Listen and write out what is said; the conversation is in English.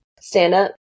stand-up